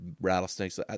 rattlesnakes